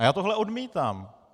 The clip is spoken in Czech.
A já tohle odmítám.